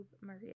Maria